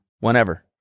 whenever